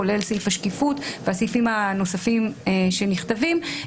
כולל סעיף השקיפות והסעיפים הנוספים שנכתבים,